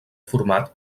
format